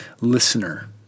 listener